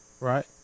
right